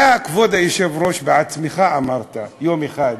אתה, כבוד היושב-ראש, בעצמך אמרת יום אחד,